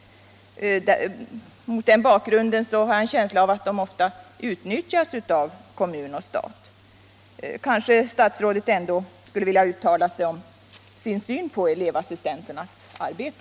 Mot den bakgrunden har jag en känsla av att de ofta Kanske statsrådet ändå skulle vilja uttala sig om sin syn på elevassistenternas arbete.